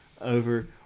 over